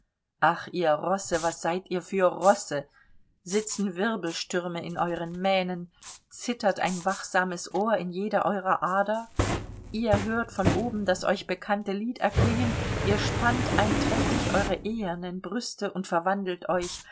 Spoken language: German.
ach ihr rosse was seid ihr für rosse sitzen wirbelstürme in euren mähnen zittert ein wachsames ohr in jeder eurer ader ihr hört von oben das euch bekannte lied erklingen ihr spannt einträchtig eure ehernen brüste und verwandelt euch